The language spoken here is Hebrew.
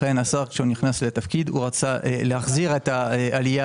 לכן השר כשנכנס לתפקיד רצה להחזיר את העלייה